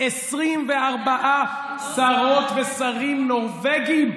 24 שרות ושרים נורבגים,